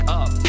up